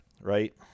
right